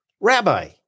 Rabbi